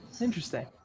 Interesting